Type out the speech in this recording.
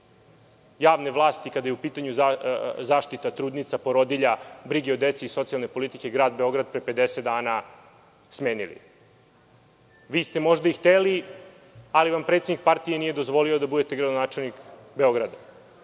javne vlasti kada je u pitanju zaštita trudnica i porodilja, briga o deci i socijalne politike u gradu Beogradu, kojeg ste pre 50 dana smenili. Vi ste možda i hteli, ali vam predsednik partije nije dozvolio da budete gradonačelnik Beograda.